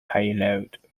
payload